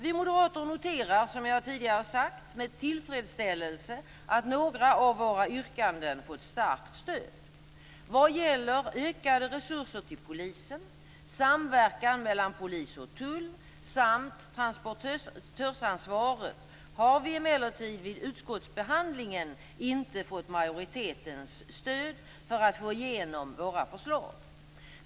Vi moderater noterar, som jag tidigare har sagt, med tillfredsställelse att några av våra yrkanden fått starkt stöd. Vad gäller ökade resurser till polisen, samverkan mellan polis och tull samt transportörsansvaret har vi emellertid vid utskottsbehandlingen inte fått majoritetens stöd för att få igenom våra förslag.